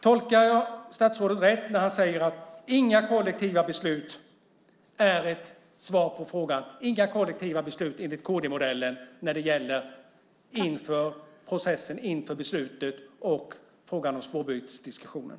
Tolkar jag statsrådet rätt när jag upplever att han säger att inga kollektiva beslut är ett svar på frågan? Inga kollektiva beslut enligt kd-modellen när det gäller processen inför beslutet och frågan om spårbytesdiskussionen.